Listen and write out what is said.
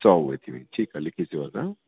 सौ उहे थी वई लिखी थी वठां